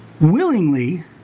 Willingly